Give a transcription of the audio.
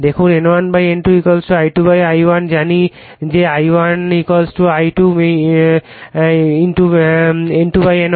দেখুন N1N2 I2I1 জানি যে I1 I2 in to N2N1